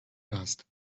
dust